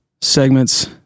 segments